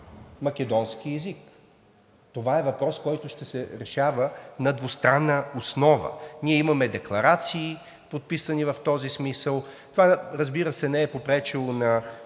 македонски език. Това е въпрос, който ще се решава на двустранна основа. Ние имаме декларации, подписани в този смисъл. Това, разбира се, не е попречило на